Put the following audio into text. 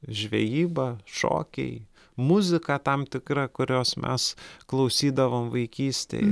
žvejyba šokiai muzika tam tikra kurios mes klausydavom vaikystėj